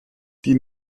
die